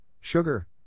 Sugar